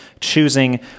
choosing